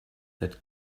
that